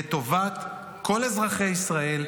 לטובת כל אזרחי ישראל,